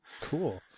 Cool